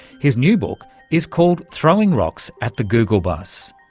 his new book is called throwing rocks at the google bus.